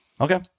Okay